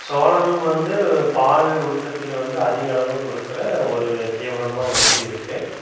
சோளம் வந்து பால் உற்பத்தியில் வந்து அதிகளவு கொடுக்குற ஒரு தீவனமாக வந்து இருக்குது